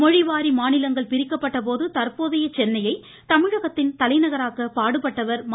மொழிவாரி மாநிலங்கள் பிரிக்கப்பட்டபோது தற்போதைய சென்னையை தமிழகத்தின் தலைநகராக்க பாடுபட்டவர் ம